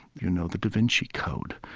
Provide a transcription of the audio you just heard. you know, the da vinci code.